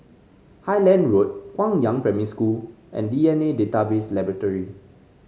Highland Road Guangyang Primary School and D N A Database Laboratory